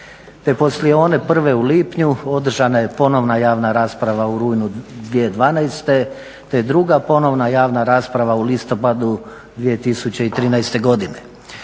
te poslije one prve u lipnju održana je ponovna javna rasprava u rujnu 2012. te druga ponovna javna rasprava u listopadu 2013. godine.